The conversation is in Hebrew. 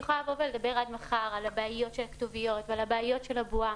אני יכולה לדבר עד מחר על הבעיות של הכתוביות ועל הבעיות של הבועה,